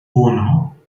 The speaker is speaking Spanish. uno